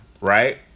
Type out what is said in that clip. right